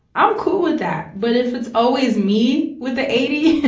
i'm cool with that. but if it's always me with the eighty,